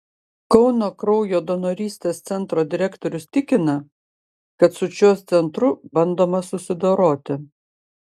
kauno kraujo donorystės centro direktorius tikina kad su šiuo centru bandoma susidoroti